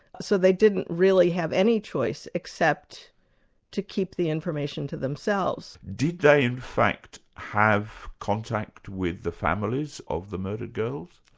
so they didn't really have any choice, except to keep the information to themselves. did they in fact have contact with the families of the murdered girls?